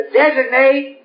designate